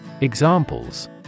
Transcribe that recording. Examples